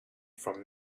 from